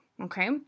okay